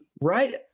right